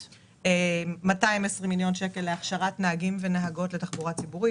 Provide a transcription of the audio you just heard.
220 מיליון שקל - להכשרת נהגים ונהגות לתחבורה ציבורית